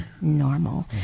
normal